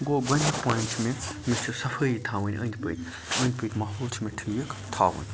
گوٚو گۄڈنیُک پویِنٛٹ چھُ مےٚ یُس چھُ صفٲیی تھاوٕنۍ أنٛدۍ پٔکۍ أنٛدۍ پٔکۍ ماحول چھُ مےٚ ٹھیٖک تھاوُن